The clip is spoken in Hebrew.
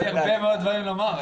יש לי הרבה מאוד דברים לומר,